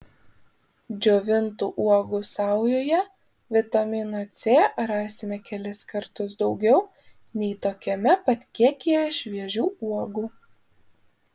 džiovintų uogų saujoje vitamino c rasime kelis kartus daugiau nei tokiame pat kiekyje šviežių uogų